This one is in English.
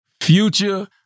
Future